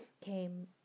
came